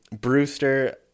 Brewster